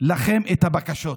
לכם את הבקשות.